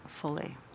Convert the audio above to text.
fully